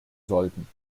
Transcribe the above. sollten